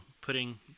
putting